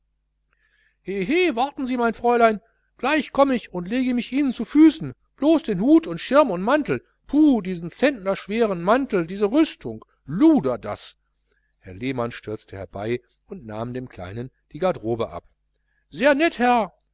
warten sie mein fräulein gleich komm ich und lege mich ihnen zu füßen blos den hut und schirm und mantel puh diesen zentnerschweren mantel diese rüstung luder das herr lehmann stürzte herbei und nahm dem kleinen die garderobe ab sehr nett herr